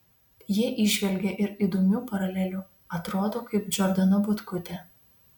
jie įžvelgė ir įdomių paralelių atrodo kaip džordana butkutė